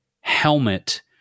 helmet